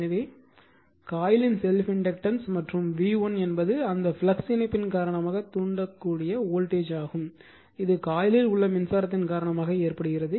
எனவே காயிலின் self inductance மற்றும் வி 1 என்பது அந்த ஃப்ளக்ஸ் இணைப்பின் காரணமாக தூண்டக்கூடிய வோல்டேஜ் ஆகும் இது காயிலில் உள்ள மின்சாரத்தின் காரணமாக ஏற்படுகிறது